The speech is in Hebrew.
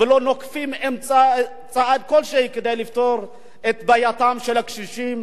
לא נוקטים צעד כלשהו כדי לפתור את בעייתם של הקשישים,